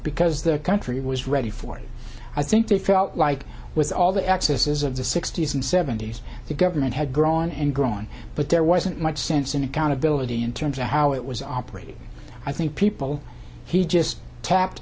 because the country was ready for it i think they felt like with all the excesses of the sixty's and seventy's the government had grown and grown but there wasn't much sense in accountability in terms of how it was operating i think people he just tap